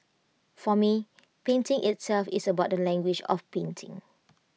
for me painting itself is about the language of painting